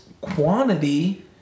quantity